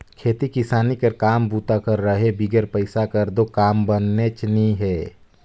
खेती किसानी कर काम बूता कर रहें बिगर पइसा कर दो काम बननेच नी हे